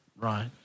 Right